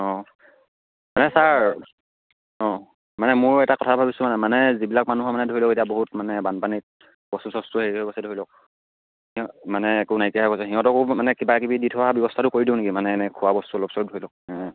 অঁ মানে ছাৰ অঁ মানে মোৰ এটা কথা ভাবিছোঁ মানে মানে যিবিলাক মানুহৰ মানে ধৰি লওক এতিয়া বহুত মানে বানপানীত বস্তু চস্ত হেৰি হৈ গৈছে ধৰি লওক মানে একো নাইকিয়া হৈ গৈছে সিহঁতকো মানে কিবা কিবি দি থৈ অহা ব্যৱস্থাটো কৰি দিওঁ নেকি মানে এনেই খোৱা বস্তু অলপ চলপ ধৰি লওক অঁ